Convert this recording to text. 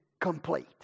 complete